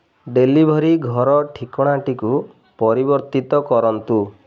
delivery ଘର ଠିକଣାଟିକୁ ପରିବର୍ତ୍ତିତ କରନ୍ତୁ